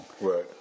Right